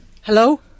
Hello